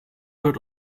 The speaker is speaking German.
wird